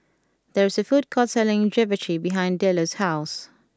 there is a food court selling Japchae behind Delos' house